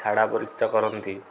ଝାଡ଼ା ପରିସ୍ରା କରନ୍ତି